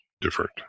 different